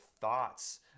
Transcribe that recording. thoughts